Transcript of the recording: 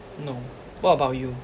no what about you